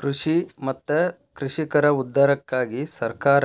ಕೃಷಿ ಮತ್ತ ಕೃಷಿಕರ ಉದ್ಧಾರಕ್ಕಾಗಿ ಸರ್ಕಾರ